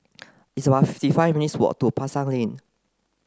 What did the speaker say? it's about fifty five minutes' walk to Pasar Lane